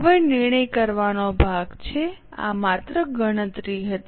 હવે નિર્ણય કરવાનો ભાગ છે આ માત્ર ગણતરી હતી